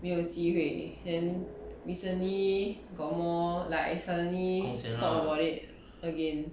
没有机会 then recently got more like I suddenly thought about it again